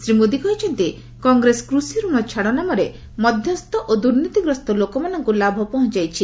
ଶ୍ରୀ ମୋଦି କହିଛନ୍ତି କଂଗ୍ରେସ କୃଷି ରଣ ଛାଡ଼ ନାମରେ ମଧ୍ୟସ୍ଥ ଓ ଦୂର୍ନୀତିଗ୍ରସ୍ତ ଲୋକମାନଙ୍କୁ ଲାଭ ପହଞ୍ଚାଇଛି